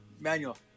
Manual